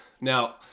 Now